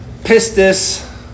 Pistis